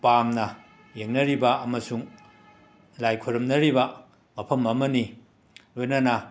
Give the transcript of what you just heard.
ꯄꯥꯝꯅ ꯌꯦꯡꯅꯔꯤꯕ ꯑꯃꯁꯨꯡ ꯂꯥꯏ ꯈꯨꯔꯨꯝꯅꯔꯤꯕ ꯃꯐꯝ ꯑꯃꯅꯤ ꯂꯣꯏꯅꯅ